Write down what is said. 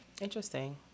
Interesting